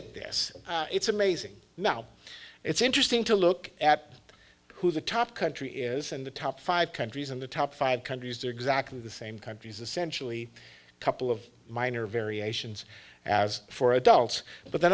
at this it's amazing now it's interesting to look at who the top country is and the top five countries and the top five countries they're exactly the same countries and sensually couple of minor variations as for adults but the